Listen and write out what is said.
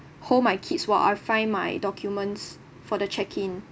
hold my kids while I find my documents for the check in